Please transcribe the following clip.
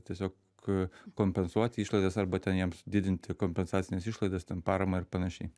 tiesiog kompensuoti išlaidas arba ten jiems didinti kompensacines išlaidas ten paramą ir panašiai